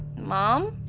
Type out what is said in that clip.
mom?